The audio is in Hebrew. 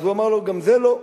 אז הוא אמר לו: גם זה לא.